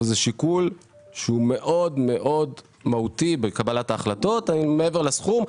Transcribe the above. אבל זה שיקול שהוא מאוד מאוד מהותי בקבלת החלטות מעבר לסכום.